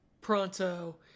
Pronto